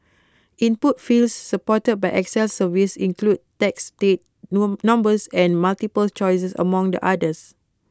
input fields supported by excel surveys include text date numbers and multiple choices among the others